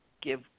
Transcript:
give